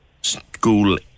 school